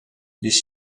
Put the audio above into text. les